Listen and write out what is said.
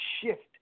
shift